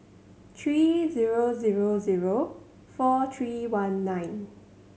three zero zero zero four three one nine